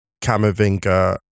Camavinga